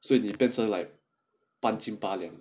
所以你变成 like 半斤八两